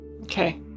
Okay